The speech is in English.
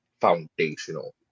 foundational